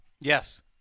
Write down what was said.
Yes